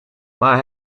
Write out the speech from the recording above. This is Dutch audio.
maar